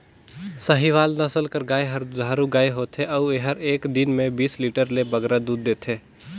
साहीवाल नसल कर गाय हर दुधारू गाय होथे अउ एहर एक दिन में बीस लीटर ले बगरा दूद देथे